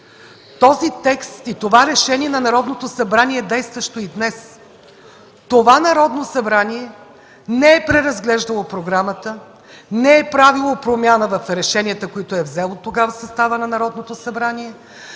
Този текст и това решение на Народното събрание е действащо и днес. Това Народно събрание не е преразглеждало Програмата, не е правило промяна в решенията, които е взел тогава съставът на Народното събрание.